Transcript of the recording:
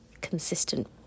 consistent